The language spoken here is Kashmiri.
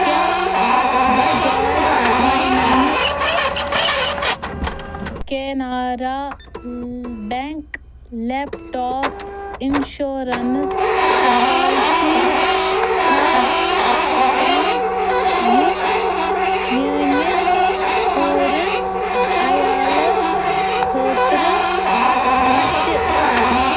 کیٛاہ Bajaj finance Canara bank laptop insurance policy چھا کانٛہہ یُس میٲنِس پوٗرٕ عیالَس خٲطرٕ آسہِ